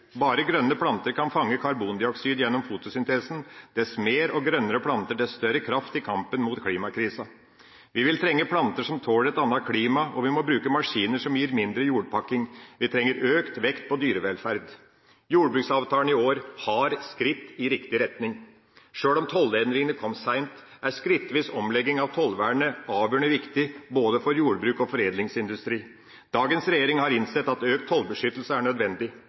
Bare grønne planter kan fange karbondioksid gjennom fotosyntesen. Dess mer og grønnere planter, dess større kraft i kampen mot klimakrisen. Vi vil trenge planter som tåler et annet klima, og vi må bruke maskiner som gir mindre jordpakking. Vi trenger økt vekt på dyrevelferd. Jordbruksavtalen i år har skritt i riktig retning. Sjøl om tollendringene kom seint, er skrittvis omlegging av tollvernet avgjørende viktig både for jordbruk og for foredlingsindustri. Dagens regjering har innsett at økt tollbeskyttelse er nødvendig.